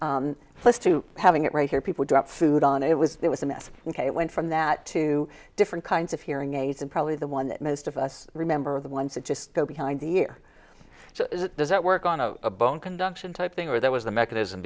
awkward to having it right here people dropped food on it was it was a mess ok it went from that to different kinds of hearing aids and probably the one that most of us remember are the ones that just go behind the year does that work on a bone conduction type thing where there was a mechanism